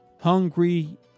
hungry